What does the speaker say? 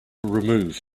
remove